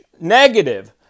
negative